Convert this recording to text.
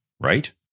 right